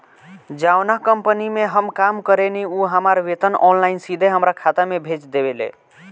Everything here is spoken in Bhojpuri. जावना कंपनी में हम काम करेनी उ हमार वेतन ऑनलाइन सीधे हमरा खाता में भेज देवेले